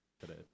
today